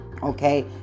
Okay